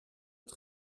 het